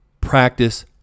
practice